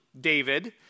David